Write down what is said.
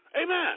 Amen